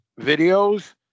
videos